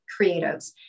creatives